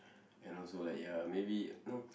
can also like ya maybe you know